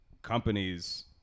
companies